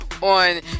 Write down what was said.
on